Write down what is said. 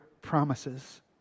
promises